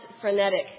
frenetic